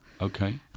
Okay